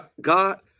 God